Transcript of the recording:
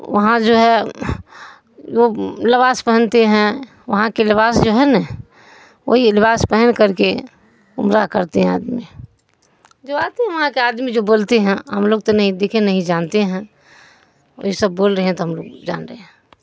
وہاں جو ہے وہ لباس پہنتے ہیں وہاں کے لباس جو ہے نا وہی لباس پہن کر کے عمرہ کرتے ہیں آدمی جو آتے ہیں وہاں کے آدمی جو بولتے ہیں ہم لوگ تو نہیں دکھے نہیں جانتے ہیں وہی سب بول رہے ہیں تو ہم لوگ جان رہے ہیں